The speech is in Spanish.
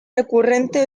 recurrente